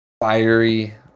fiery